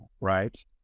right